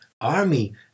army